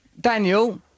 Daniel